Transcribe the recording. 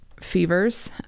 fevers